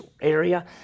area